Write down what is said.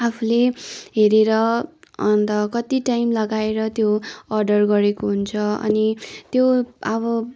आफूले हेरेर अन्त कति टाइम लगाएर त्यो अर्डर गरेको हुन्छ अनि त्यो अब